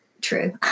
true